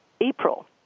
April